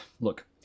look